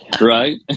Right